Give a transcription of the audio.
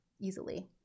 easily